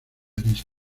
arista